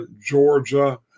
georgia